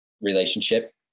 relationship